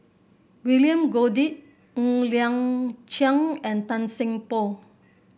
William Goode Ng Liang Chiang and Tan Seng Poh